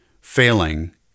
failing